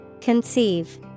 Conceive